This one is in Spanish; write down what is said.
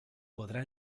podrá